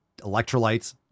Electrolytes